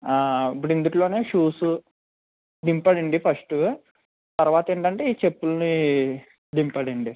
ఇప్పుడు ఇందులోనే షూస్ దింపాడండి ఫస్ట్ తరవాత ఏంటంటే ఈ చెప్పుల్ని దింపాడండి